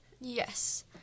Yes